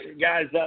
guys